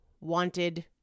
wanted